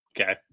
Okay